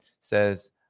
says